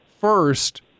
first